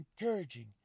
encouraging